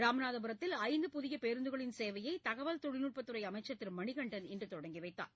ராமநாதபுரத்தில் ஐந்து புதிய பேருந்துகளின் சேவையை தகவல் தொழில்நுட்பத் துறை அமைச்சர் திரு மணிகண்டன் இன்று தொடங்கி வைத்தார்